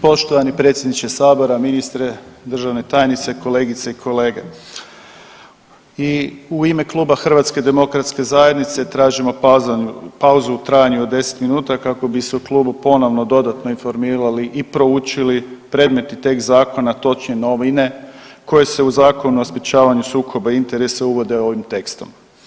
Poštovani predsjedniče sabora, ministre, državne tajnice, kolegice i kolege, i u ime Kluba HDZ-a tražimo pauzu u trajanju od 10 minuta kako bi se u klubu ponovo dodatno informirali i proučili predmetni tekst zakona točnije novine koje se u Zakonu o sprječavanju sukoba interesa uvode ovim tekstom.